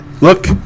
look